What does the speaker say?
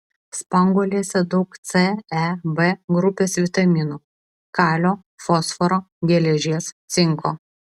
spanguolėse daug c e b grupės vitaminų kalio fosforo geležies cinko